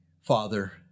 Father